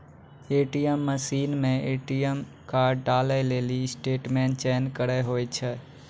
ATM मशीनो मे ATM card डालै लेली स्टेटमेंट चयन करे होय छै